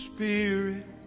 Spirit